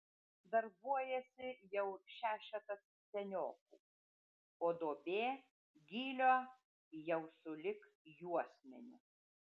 darbuojasi jau šešetas seniokų o duobė gylio jau sulig juosmeniu